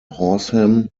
horsham